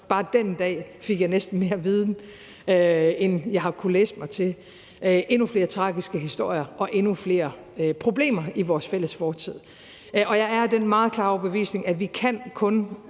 bare den dag fik jeg næsten mere viden, end jeg har kunnet læse mig til, om endnu flere tragiske historier og endnu flere problemer i vores fælles fortid. Jeg er af den meget klare overbevisning, at vi kun kan